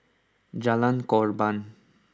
Jalan Korban